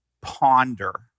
ponder